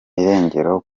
irengero